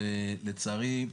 ולצערי,